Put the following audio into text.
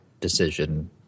decision